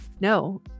No